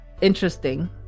interesting